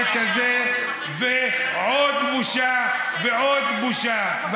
ועוד בושה ועוד בושה.